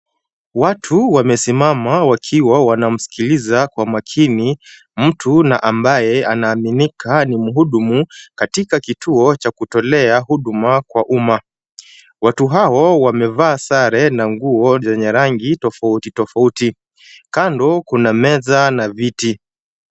Watu wamesimama wakiwa wanamsikiliza kwa makini, mtu na ambaye anaaminika ni muhudumu katika kituo cha kutolea huduma kwa uma. Watu hao wamevaa sare na nguo zenye rangi tofauti tofauti. Kando kuna meza na viti.